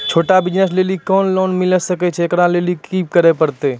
छोटा बिज़नस लेली लोन मिले सकय छै? एकरा लेली की करै परतै